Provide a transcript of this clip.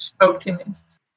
optimists